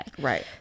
Right